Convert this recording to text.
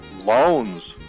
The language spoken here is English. loans